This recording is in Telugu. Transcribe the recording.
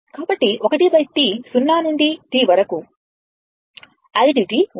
కాబట్టి1T 0 నుండిT వరకు idt ఉండాలి